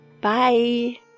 bye